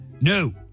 no